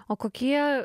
o kokie